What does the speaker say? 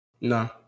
No